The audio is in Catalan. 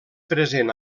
present